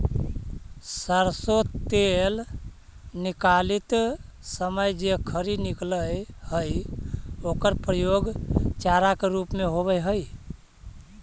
सरसो तेल निकालित समय जे खरी निकलऽ हइ ओकर प्रयोग चारा के रूप में होवऽ हइ